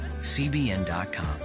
CBN.com